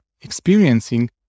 experiencing